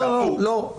לא.